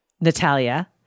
Natalia